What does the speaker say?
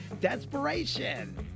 Desperation